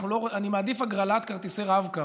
אני מעדיף הגרלת כרטיסי רב-קו.